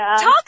talk